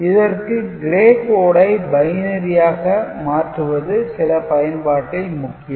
இதற்கு Gray code ஐ பைனரியாக மாற்றுவது சில பயன்பாட்டில் முக்கியம்